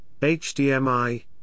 HDMI